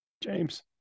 james